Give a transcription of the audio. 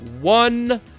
One